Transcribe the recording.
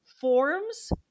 forms